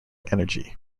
energy